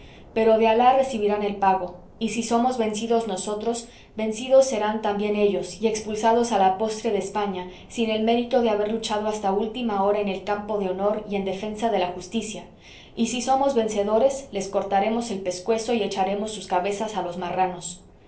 pero de alah recibirán el pago y si somos vencidos nosotros vencidos serán también ellos y expulsados a la postre de españa sin el mérito de haber luchado hasta última hora en el campo del honor y en defensa de la justicia y si somos vencedores les cortaremos el pescuezo y echaremos sus cabezas a los marranos